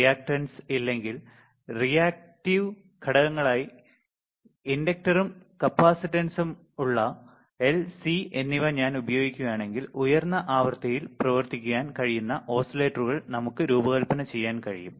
reactance അല്ലെങ്കിൽ reactive ഘടകങ്ങളായി ഇൻഡക്റ്ററും കപ്പാസിറ്റൻസും ഉള്ള L C എന്നിവ ഞാൻ ഉപയോഗിക്കുകയാണെങ്കിൽ ഉയർന്ന ആവൃത്തിയിൽ പ്രവർത്തിക്കാൻ കഴിയുന്ന ഓസിലേറ്ററുകൾ നമുക്ക് രൂപകൽപ്പന ചെയ്യാൻ കഴിയും